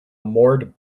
moored